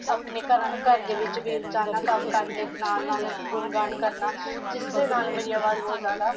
ਆਪਣੇ ਘਰਾ ਘਰ ਦੇ ਵਿੱਚ ਵੀ ਜਾਣਾ ਕੰਮ ਕਰਦੇ ਨਾਲ ਨਾਲ ਗੁਣਗਾਨ ਕਰਨਾ ਜਿਸ ਦੇ ਨਾਲ ਮੇਰੀ ਆਵਾਜ਼ ਬਹੁਤ ਜ਼ਿਆਦਾ